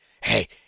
Hey